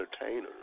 entertainers